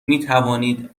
میتوانید